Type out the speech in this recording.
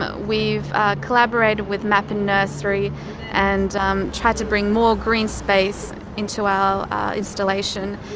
ah we've collaborated with map and nursery and um tried to bring more green space into our installation.